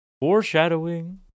foreshadowing